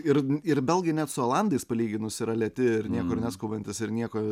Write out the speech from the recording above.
ir ir belgai net su olandais palyginus yra lėti ir niekur neskubantys ir nieko